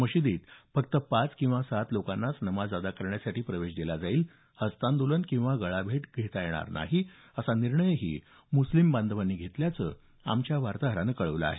मशिदीत फक्त पाच किंवा सात लोकांनाच नमाज अदा करण्यासाठी प्रवेश दिला जाईल हस्तांदोलन किंवा गळाभेट करता येणार नाहीत असा निर्णय मुस्लिम बांधवांनी घेतल्याचं आमच्या वार्ताहरानं कळवलं आहे